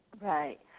Right